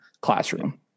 classroom